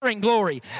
glory